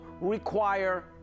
require